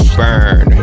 burn